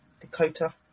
Dakota